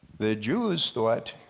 the jews thought